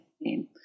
name